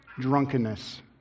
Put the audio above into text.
drunkenness